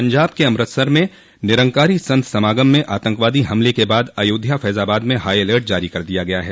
पंजाब के अमृतसर में निरंकारी संत समागम में आतंकवादी हमले के बाद अयोध्या फैजाबाद में हाईअलर्ट जारी कर दिया गया है